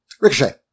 Ricochet